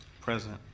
Present